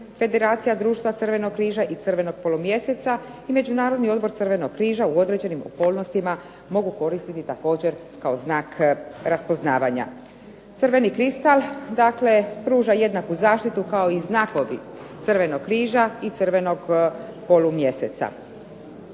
federacija društva Crvenog križa i Crvenog polumjeseca i Međunarodni odbor Crvenog križa u određenim okolnostima mogu koristiti također kao znak raspoznavanja. Crveni kristal dakle pruža jednaku zaštitu kao i znakovi crvenog križa i crvenog polumjeseca.